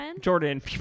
Jordan